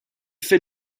fait